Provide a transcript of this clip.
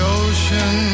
ocean